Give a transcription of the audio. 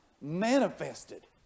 manifested